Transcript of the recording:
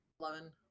Eleven